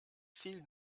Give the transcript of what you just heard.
ziel